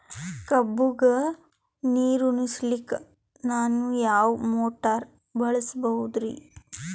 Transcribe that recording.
ಕಬ್ಬುಗ ನೀರುಣಿಸಲಕ ನಾನು ಯಾವ ಮೋಟಾರ್ ಬಳಸಬಹುದರಿ?